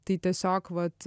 tai tiesiog vat